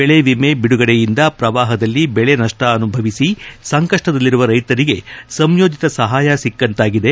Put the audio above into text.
ಬೆಳೆ ಎಮೆ ಬಿಡುಗಡೆಯಿಂದ ಪ್ರವಾಪದಲ್ಲಿ ದೆಳೆ ನಷ್ಷ ಅನುಭವಿಸಿ ಸಂಕಷ್ಷದಲ್ಲಿರುವ ರೈತರಿಗೆ ಸಂಯೋಜಿತ ಸಹಾಯ ಸಿಕ್ಕಂತಾಗಿದೆ